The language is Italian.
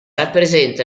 rappresenta